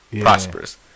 prosperous